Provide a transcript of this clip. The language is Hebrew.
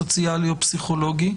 סוציאלי או פסיכולוגי,